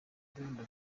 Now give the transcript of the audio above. ndirimbo